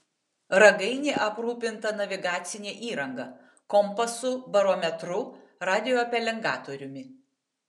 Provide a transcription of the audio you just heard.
ragainė aprūpinta navigacine įranga kompasu barometru radiopelengatoriumi